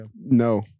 No